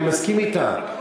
אני מסכים אתה.